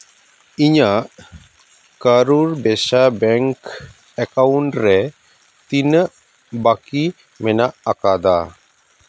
ᱤᱧᱟᱹᱜ ᱠᱟᱨᱩᱨ ᱵᱮᱵᱥᱟ ᱵᱮᱝᱠ ᱮᱠᱟᱣᱩᱱᱴ ᱨᱮ ᱛᱤᱱᱟᱹᱜ ᱵᱟᱠᱤ ᱢᱮᱱᱟᱜ ᱟᱠᱟᱫᱟ